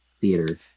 theater